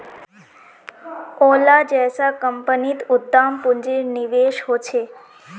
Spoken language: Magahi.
ओला जैसा कम्पनीत उद्दाम पून्जिर निवेश होछे